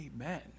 amen